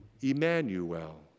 Emmanuel